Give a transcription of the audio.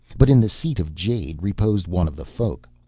but in the seat of jade reposed one of the folk.